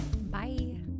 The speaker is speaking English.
Bye